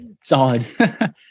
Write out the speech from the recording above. Solid